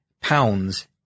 pounds